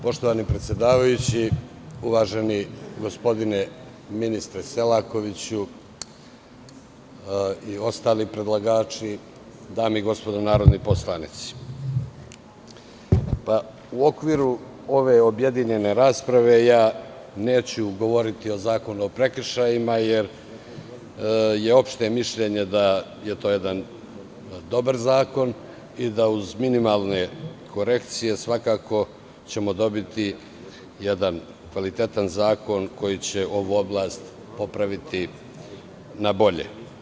Poštovani predsedavajući, uvaženi gospodine ministre Selakoviću i ostali predlagači, dame i gospodo narodni poslanici, u okviru ove objedinjene rasprave neću govoriti o Zakonu o prekršajima, jer je opšte mišljenje da je to jedan dobar zakon i da ćemo uz minimalne korekcije dobiti jedan kvalitetan zakon koji će ovu oblast popraviti na bolje.